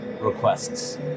requests